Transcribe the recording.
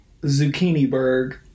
Zucchiniberg